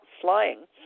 flying